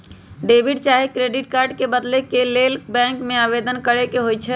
debit चाहे credit card के बदले के लेल बैंक में आवेदन करेके होइ छइ